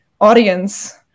audience